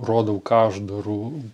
rodau ką aš darau